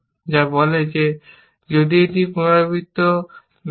যা বলে যদি এটি পূর্বনির্ধারিত না হয়